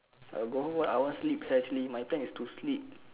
I will go home [what] I want sleep actually my plan is to sleep